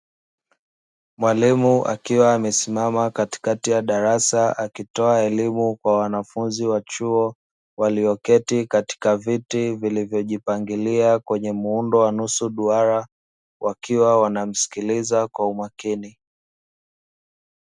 Mwalimu akiwa amesimama katikati ya darasa, akitoa elimu kwa wanafunzi wa chuo walioketi katika viti vilivyojipangilia kwenye muundo wa nusu duara, wakiwa wanamsikiliza kwa umakini.